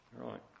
right